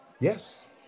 Yes